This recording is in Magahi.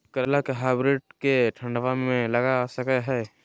करेला के हाइब्रिड के ठंडवा मे लगा सकय हैय?